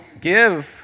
give